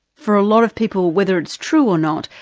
for a lot of people, whether it's true or not,